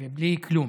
ובלי כלום.